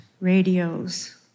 radios